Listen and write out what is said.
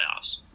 playoffs